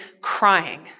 crying